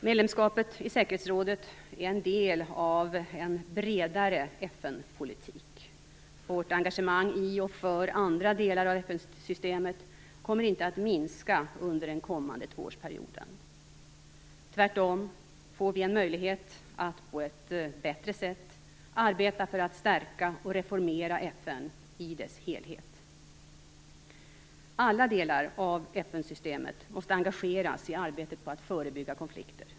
Medlemskapet i säkerhetsrådet är en del av en bredare FN-politik. Vårt engagemang i och för andra delar av FN-systemet kommer inte att minska under den kommande tvåårsperioden. Tvärtom får vi en möjlighet att på ett bättre sätt arbeta för att stärka och reformera FN i dess helhet. Alla delar av FN-systemet måste engageras i arbetet på att förebygga konflikter.